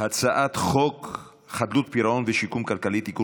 הצעת חוק חדלות פירעון ושיקום כלכלי (תיקון